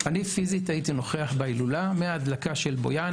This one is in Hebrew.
אני פיזית הייתי נוכח בהילולה השנה מן ההדלקה של בויאן